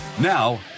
Now